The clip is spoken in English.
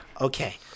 okay